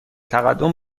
تقدم